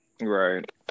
Right